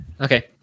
Okay